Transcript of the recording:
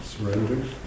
Surrender